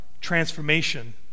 transformation